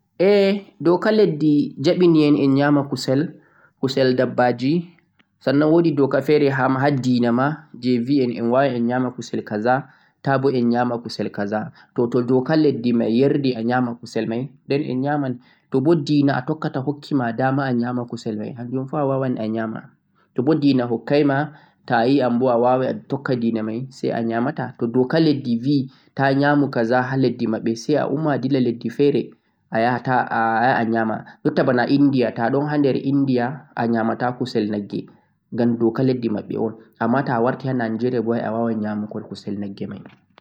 Nyamugo kusel halal on boo doka lesde hokki dama yamugo kusel. Saidai kusel fere diina ve haramun on nyamugo.